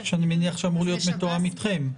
שאני מניח, אמור להיות מתואם אתכם.